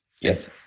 Yes